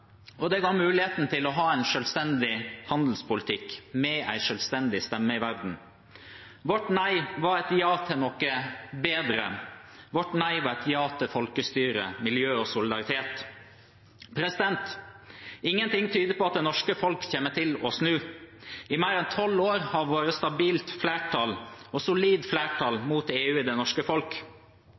og det ga muligheten til å ha en selvstendig handelspolitikk, med en selvstendig stemme i verden. Vårt nei var et ja til noe bedre. Vårt nei var et ja til folkestyre, miljø og solidaritet. Ingenting tyder på at det norske folk kommer til å snu. I mer enn tolv år har det vært et stabilt og solid flertall mot EU i det norske folk.